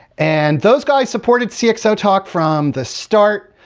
and those guys supported cxotalk from the start.